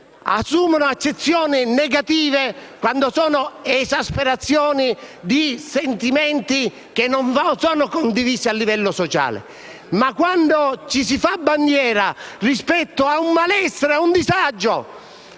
assumono accezioni negative solo quando sono esasperazioni di sentimenti che non sono condivisi a livello sociale. Quando invece ci si fa bandiera rispetto a un malessere, a un disagio,